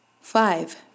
five